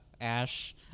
ash